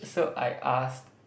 so I asked